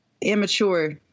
immature